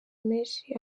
menshi